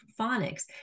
phonics